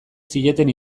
zieten